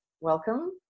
welcome